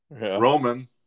Roman